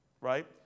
Right